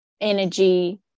energy